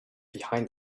behind